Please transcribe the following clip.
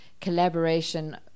collaboration